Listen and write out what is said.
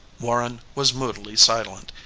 warren was moodily silent,